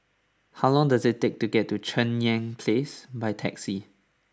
how long does it take to get to Cheng Yan Place by taxi